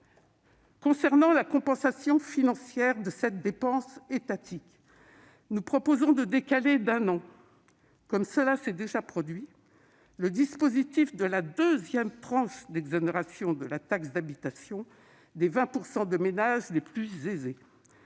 Concernant la compensation financière de cette dépense étatique, nous proposons de décaler d'un an, comme cela s'est déjà produit, le dispositif de la deuxième tranche d'exonération de la taxe d'habitation des 20 % de ménages les plus aisés,